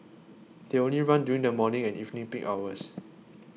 they only run during the morning and evening peak hours